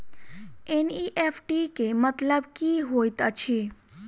NEFT केँ मतलब की होइत अछि?